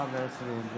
שעה ו-20,